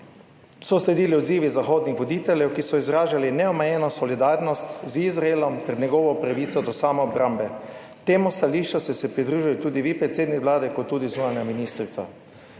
so sledili odzivi zahodnih voditeljev, ki so izražali neomejeno solidarnost z Izraelom ter njegovo pravico do samoobrambe. Temu stališču ste se pridružili tudi vi, predsednik Vlade, kot tudi zunanja ministrica.